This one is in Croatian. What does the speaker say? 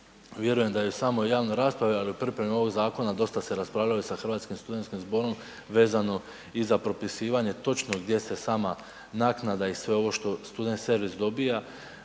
Vjerujem da je u i samoj raspravi, ali i u pripremi ovog zakona dosta se raspravljao i sa Hrvatskim studentskim zborom vezano i za propisivanje točno gdje se sama naknada i sve ovo što student servis dobija